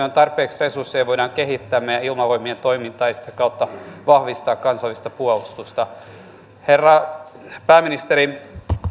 on tarpeeksi resursseja voidaan kehittää meidän ilmavoimien toimintaa ja sitä kautta vahvistaa kansallista puolustusta herra pääministeri